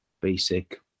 basic